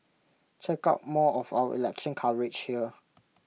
check out more of our election coverage here